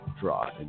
Draw